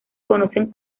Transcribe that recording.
conocen